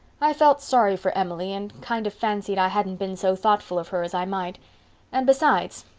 i felt sorry for emily and kind of fancied i hadn't been so thoughtful of her as i might and besides,